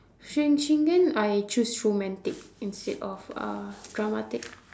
sh~ shingen I choose romantic instead of dramatic